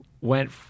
went